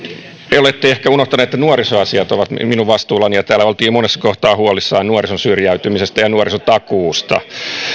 te olette ehkä unohtaneet että nuorisoasiat ovat minun vastuullani ja täällä oltiin monessa kohtaa huolissaan nuorison syrjäytymisestä ja nuorisotakuusta